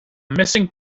missing